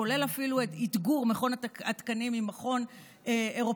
כולל אפילו אתגור מכון התקנים עם מכון אירופי,